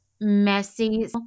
messy